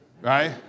right